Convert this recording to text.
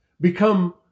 become